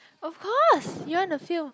of course you wanna feel